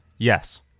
Yes